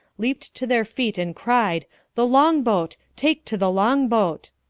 leaped to their feet and cried the longboat take to the longboat!